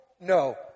No